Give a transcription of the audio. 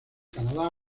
canadá